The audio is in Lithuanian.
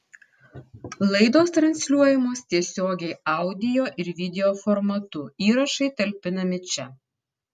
laidos transliuojamos tiesiogiai audio ir video formatu įrašai talpinami čia